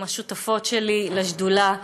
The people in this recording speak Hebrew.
עם השותפות שלי לשדולה,